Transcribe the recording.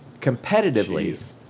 competitively